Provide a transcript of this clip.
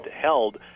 held